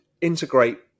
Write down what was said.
integrate